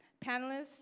Panelists